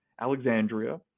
Alexandria